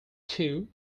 two